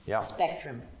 spectrum